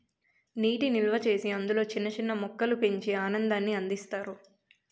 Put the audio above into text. నీటి నిల్వచేసి అందులో చిన్న చిన్న మొక్కలు పెంచి ఆనందాన్ని అందిస్తారు